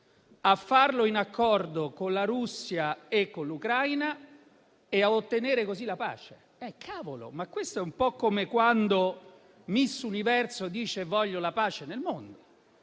a farlo in accordo con la Russia e con l'Ucraina e ad ottenere così la pace. Caspita, questo è un po' come quando Miss Universo dice «voglio la pace nel mondo».